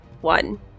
one